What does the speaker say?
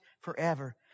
forever